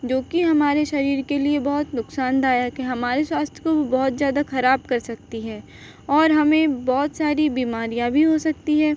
जोकि हमारे शरीर के लिए बहुत नुकसानदायक है हमारे स्वास्थ्य को वो बहुत ज़्यादा खराब कर सकती है और हमें बहुत सारी बीमारियाँ भी हो सकती हैं